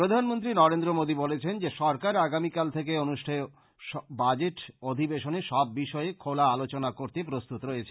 প্রধানমন্ত্রী নরেন্দ্র মোদী বলেছেন যে সরকার আগামীকাল থেকে অনুষ্ঠেয় সংসদের বাজেট অধিবেশনে সব বিষয়ে খোলা আলোচনা করতে প্রস্তুত রয়েছে